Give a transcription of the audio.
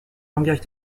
langages